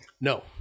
No